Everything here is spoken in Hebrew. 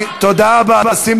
את גם כושלת וגם שקרנית.